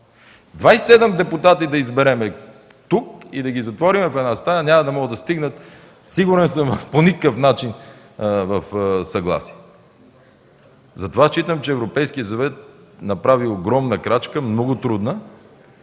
депутати да изберем тук и да ги затворим в една стая – няма да могат да стигнат, сигурен съм, по никакъв начин до съгласие. Затова считам, че Европейският съвет направи огромна крачка, много трудна.